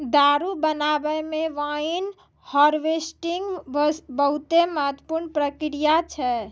दारु बनाबै मे वाइन हार्वेस्टिंग बहुते महत्वपूर्ण प्रक्रिया छै